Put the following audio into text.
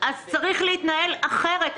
אז צריך להתנהל אחרת.